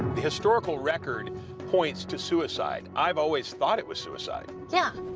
the historical record points to suicide. i've always thought it was suicide. yeah.